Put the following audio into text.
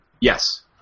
Yes